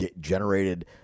generated